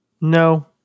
No